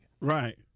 Right